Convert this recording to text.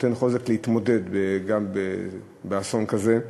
נותן חוזק להתמודד, גם באסון כזה.